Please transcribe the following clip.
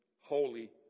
holy